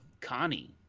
Connie